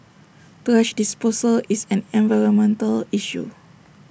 thrash disposal is an environmental issue